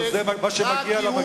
אבל מה שמגיע לה,